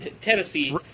Tennessee